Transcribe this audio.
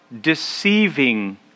deceiving